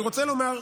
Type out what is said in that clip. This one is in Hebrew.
אני רוצה לומר,